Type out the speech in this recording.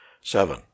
seven